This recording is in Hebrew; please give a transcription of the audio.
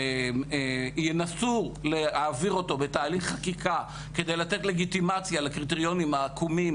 ינסו להעביר אותו בתהליך חקיקה כדי לתת לגיטימציה לקריטריונים העקומים